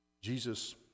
Jesus